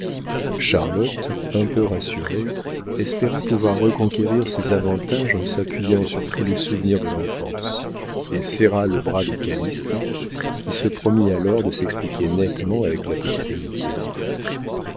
charlotte un peu rassurée espéra pouvoir reconquérir ses avantages en s'appuyant sur tous les souvenirs de l'enfance et serra le bras de calyste qui se promit de s'expliquer nettement avec la petite héritière